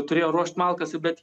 turėjo ruošt malkas bet